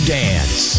dance